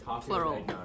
Plural